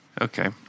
Okay